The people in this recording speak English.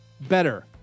better